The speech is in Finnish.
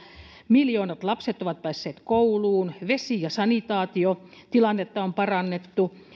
miljoonat lapset ovat päässeet kouluun vesi ja sanitaatiotilannetta on parannettu